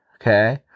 okay